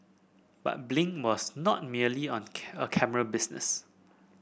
but Blink was not merely on a camera business